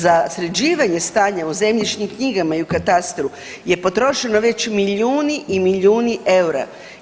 Za sređivanje stanja u zemljišnim knjigama i u katastru je potrošeno već milijuni i milijuni eura.